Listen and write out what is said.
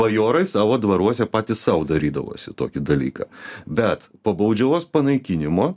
bajorai savo dvaruose patys sau darydavosi tokį dalyką bet po baudžiavos panaikinimo